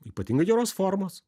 ypatingai geros formos